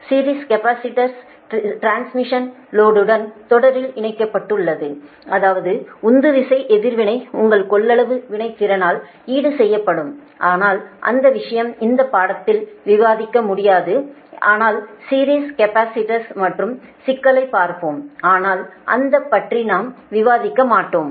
series capacitors transmission லைனுடன் தொடரில் இணைக்கப்பட்டுள்ளது அதாவது உந்துவிசை எதிர்வினை உங்கள் கொள்ளளவு வினைத்திறனால் ஈடு செய்யப்படும் ஆனால் அந்த விஷயங்கள் இந்த பாடத்திட்டத்தில் விவாதிக்க முடியாதவை ஆனால் சீரிஸ் கேபஸிடர்ஸின் மற்றொரு சிக்கலைப் பார்ப்போம் ஆனால் அந்த பற்றி நாம் விவாதிக்க மாட்டோம்